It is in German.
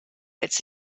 als